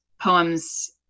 poems